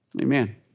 amen